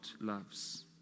loves